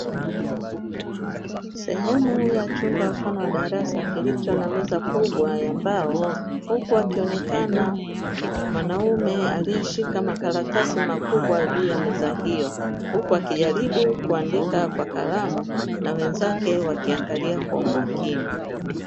Sehemu ya chumba mfano wa darasa kilicho na meza kubwa ya mbao huku akionekana mwanaume aliyeshika makalatasi makubwa juu ya meza hiyo, huku akijaribu kuandika kwa kalamu na wenzake wakiangalia kwa umakini.